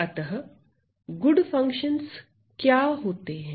अतः good functions क्या होते हैं